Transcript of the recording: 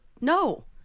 no